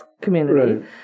community